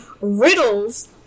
riddles